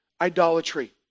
idolatry